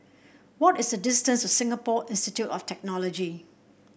what is the distance to Singapore Institute of Technology